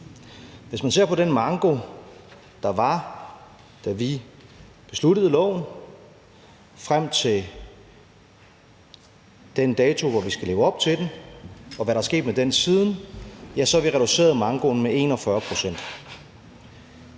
Hvis man ser på den manko, der var, da vi besluttede loven, frem til den dato, hvor vi skal leve op til den, og hvad der er sket med den siden, så har vi reduceret mankoen med 41 pct.